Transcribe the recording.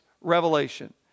revelation